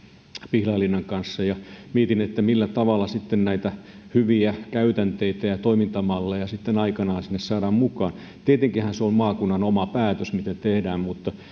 pihlajalinnan kanssa mietin että millä tavalla näitä hyviä käytänteitä ja toimintamalleja sitten aikanaan sinne saadaan mukaan tietenkinhän se on maakunnan oma päätös mitä tehdään mutta